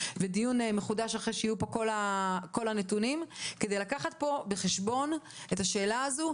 ודיון מחודש אחרי שיהיו פה כל הנתונים כדי לקחת בחשבון את השאלה הזו,